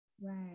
Right